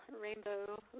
rainbow